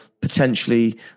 potentially